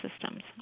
systems